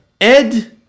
Ed